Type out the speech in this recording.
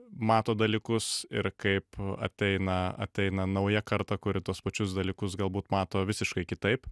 mato dalykus ir kaip ateina ateina nauja karta kuri tuos pačius dalykus galbūt mato visiškai kitaip